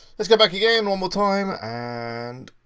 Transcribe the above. let's go back again, one more time. and